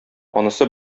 анысы